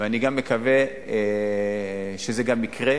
ואני מקווה שזה גם יקרה,